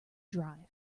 drive